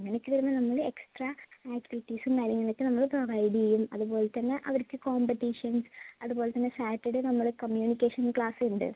അങ്ങനെയൊക്കെ വരമ്പം നമ്മൾ എക്സ്ട്രാ ആക്ടിവിറ്റീസും കാര്യങ്ങളൊക്കെ നമ്മൾ പ്രൊവൈഡ് ചെയ്യും അതുപോലെത്തന്നെ അവർക്ക് കോമ്പറ്റീഷൻസ് അതുപോലെത്തന്നെ സാറ്റർഡേ നമ്മൾ കമ്മ്യൂണിക്കേഷൻ ക്ലാസ്സുണ്ട്